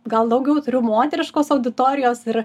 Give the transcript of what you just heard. gal daugiau turiu moteriškos auditorijos ir